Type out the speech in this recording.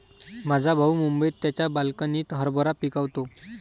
माझा भाऊ मुंबईत त्याच्या बाल्कनीत हरभरा पिकवतो